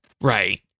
Right